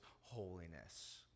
holiness